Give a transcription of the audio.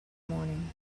morning